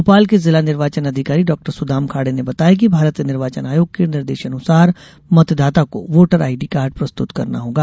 भोपाल के जिला निर्वाचन अधिकारी डाक्टर सुदाम खाडे ने बताया कि भारत निर्वाचन आयोग के निर्देशानुसार मतदाता को ईपिक प्रस्तुत करना होगा